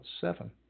Seven